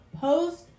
post